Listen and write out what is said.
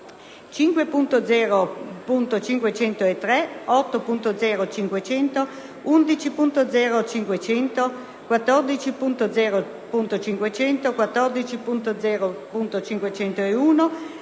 5.0.503, 8.0.500, 11.0.500, 14.0.500, 14.0.501,